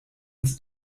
ins